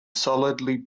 solidly